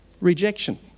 rejection